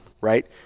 right